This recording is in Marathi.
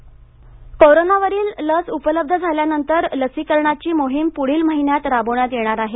लसीकरण गडचिरोली कोरोना वरील लस उपलब्ध झाल्यानंतर लसीकरणाची मोहीम पुढील महिन्यात राबविण्यात येणार आहे